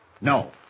No